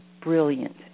brilliant